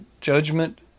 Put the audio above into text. judgment